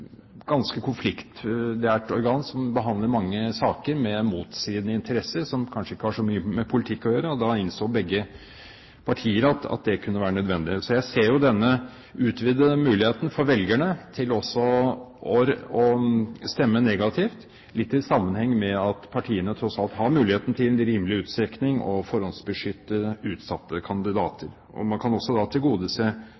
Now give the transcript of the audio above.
ganske konfliktnært organ som behandler mange saker med motstridende interesser som kanskje ikke har så mye med politikk å gjøre, og da innså begge partier at det kunne være nødvendig. Så jeg ser jo denne utvidede muligheten for velgerne til også å stemme negativt litt i sammenheng med at partiene tross alt har muligheten til – i rimelig utstrekning – å forhåndsbeskytte utsatte